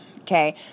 Okay